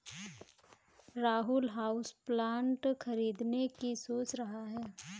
Rahul houseplant खरीदने की सोच रहा है